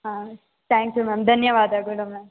ಹಾಂ thank you ma'am ಧನ್ಯವಾದಗಳು ma'am